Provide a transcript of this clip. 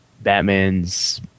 Batman's